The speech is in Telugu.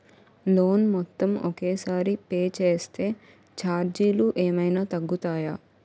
లోన్ మొత్తం ఒకే సారి పే చేస్తే ఛార్జీలు ఏమైనా తగ్గుతాయా?